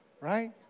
Right